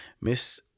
Miss